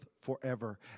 forever